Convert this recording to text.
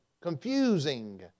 Confusing